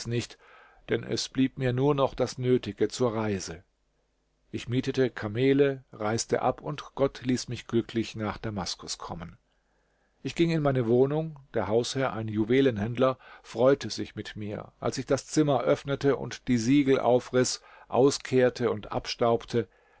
nicht denn es blieb mir nur noch das nötige zur reise ich mietete kamele reiste ab und gott ließ mich glücklich nach damaskus kommen ich ging in meine wohnung der hausherr ein juwelenhändler freute sich mit mir als ich das zimmer öffnete und die siegel aufriß auskehrte und abstaubte